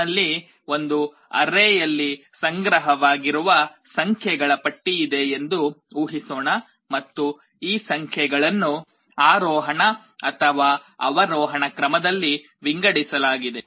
ನನ್ನಲ್ಲಿ ಒಂದು ಅರೇ ಯಲ್ಲಿ ಸಂಗ್ರಹವಾಗಿರುವ ಸಂಖ್ಯೆಗಳ ಪಟ್ಟಿಯಿದೆ ಎಂದು ಊಹಿಸೋಣ ಮತ್ತು ಈ ಸಂಖ್ಯೆಗಳನ್ನು ಆರೋಹಣ ಅಥವಾ ಅವರೋಹಣ ಕ್ರಮದಲ್ಲಿ ವಿಂಗಡಿಸಲಾಗಿದೆ